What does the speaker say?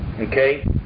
okay